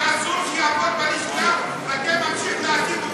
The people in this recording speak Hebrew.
שאסור שיעבוד בלשכה ואתה ממשיך להעסיק אותו בחשבונית?